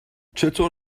چطور